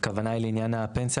בעניין פנסיה